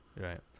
Right